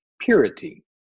purity